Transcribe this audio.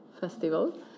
festival